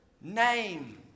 name